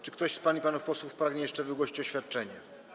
Czy ktoś z pań i panów posłów pragnie jeszcze wygłosić oświadczenie?